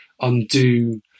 undo